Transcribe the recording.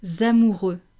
amoureux